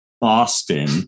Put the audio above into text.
Boston